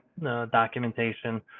documentation